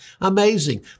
Amazing